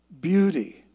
beauty